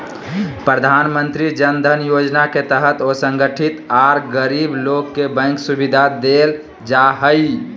प्रधानमंत्री जन धन योजना के तहत असंगठित आर गरीब लोग के बैंक सुविधा देल जा हई